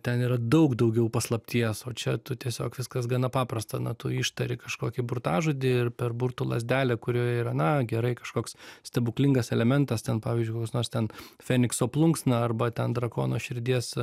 ten yra daug daugiau paslapties o čia tu tiesiog viskas gana paprasta na tu ištari kažkokį burtažodį ir per burtų lazdelę kurioje yra na gerai kažkoks stebuklingas elementas ten pavyzdžiui koks nors ten fenikso plunksna arba ten drakono širdies